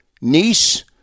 niece